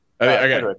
Okay